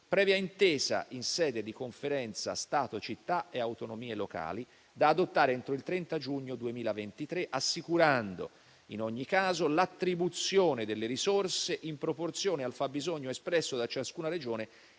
previa intesa in sede di Conferenza Stato-città e autonomie locali, da adottare entro il 30 giugno 2023, assicurando in ogni caso l'attribuzione delle risorse in proporzione al fabbisogno espresso da ciascuna Regione,